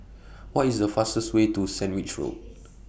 What IS The fastest Way to Sandwich Road